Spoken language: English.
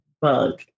bug